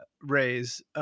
raise